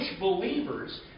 believers